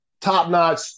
top-notch